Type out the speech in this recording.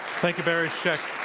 thank you, barry scheck.